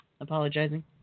Apologizing